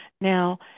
Now